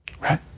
Right